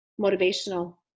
motivational